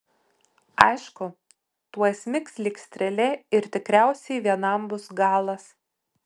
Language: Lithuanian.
aišku tuoj smigs lyg strėlė ir tikriausiai vienam bus galas